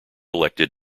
elected